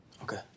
Okay